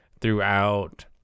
throughout